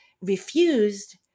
refused